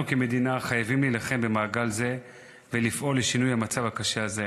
אנחנו כמדינה חייבים להילחם במעגל זה ולפעול לשינוי המצב הקשה הזה.